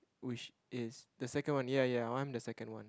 which is the second one ya ya I want the second one